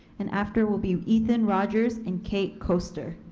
and after will be ethan rogers and kate koester.